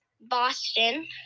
Boston